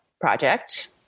project